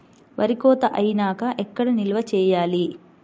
వరి కోత అయినాక ఎక్కడ నిల్వ చేయాలి?